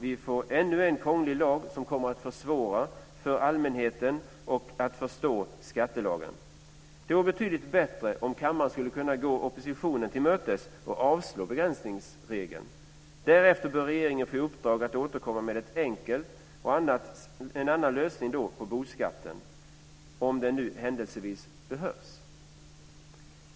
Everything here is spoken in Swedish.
Vi får ännu en krånglig lag som kommer att försvåra för allmänheten att förstå skattelagen. Det vore betydligt bättre om kammaren skulle kunna gå oppositionen till mötes och avslå förslaget om begränsningsregeln. Därefter bör regeringen få uppdraget att återkomma med en annan, enkel, lösning på boskatten, om den nu händelsevis behövs.